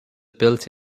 built